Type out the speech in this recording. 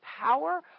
power